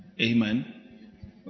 Amen